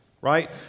right